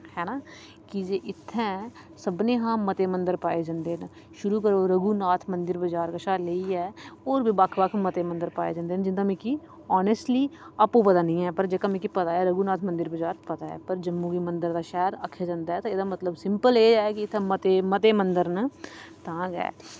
हैना की जे इत्थै सबने हा मते मंदर पाए जंदे न शुरु करो रघुनाथ मंदर बजार कशा लेईयै होर बी बक्ख बक्ख मंदर पाए जंदे न जिंदा मिकी ओनेस्टली आपु पता निं ऐ पर जेह्का मिगी पता रघुनाथ मंदर बजार पता ऐ पर जम्मू गी मंदरे दा शैह्र आखेआ जंदा ऐ एह्दा मतलव सिम्पल ऐ की इत्थें मते मते मंदर न तां गै